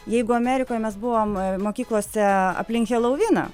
jeigu amerikoj mes buvom mokyklose aplink heloviną